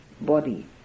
body